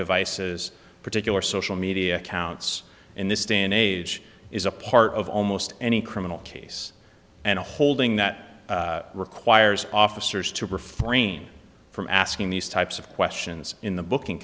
devices particular social media accounts in this day and age is a part of almost any criminal case and a holding that requires officers to perform a no from asking these types of questions in the bookin